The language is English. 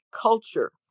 culture